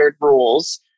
rules